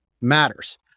matters